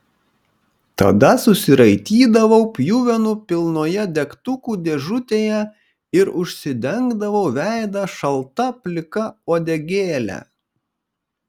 tada susiraitydavau pjuvenų pilnoje degtukų dėžutėje ir užsidengdavau veidą šalta plika uodegėle